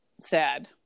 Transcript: sad